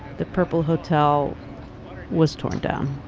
the purple hotel was torn down.